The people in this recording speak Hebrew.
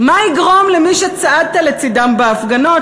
מה יגרום למי שצעדת לצדם בהפגנות